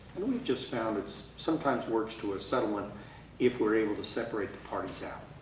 and we've just found it's sometimes works to a settlement if we're able to separate the parties out.